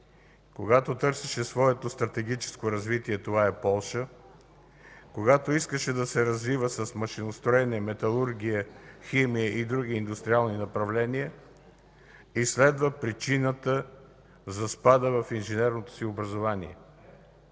когато търсеше своето стратегическо развитие – това е Полша, когато искаше да се развива с машиностроене, металургия, химия и други индустриални направления, изследва причината за спада в инженерното си образование.